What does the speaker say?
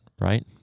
right